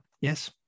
yes